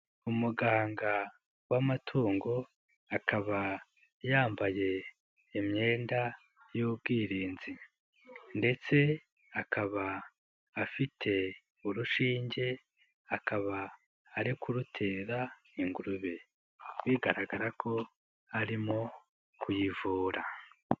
Umuganga w'amatungo, akaba yambaye imyenda y'ubwirinzi ndetse akaba afite urushinge. Akaba ari kurutera ingurube. Bigaragara ko arimo kuyivura.